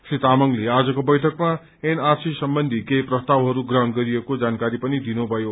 श्री तामाङले आज को बैठकमा एनआरसी सम्बन्धी केही प्रस्तावहरू ग्रहण गरिएको जानकारी पनि दिनु भयो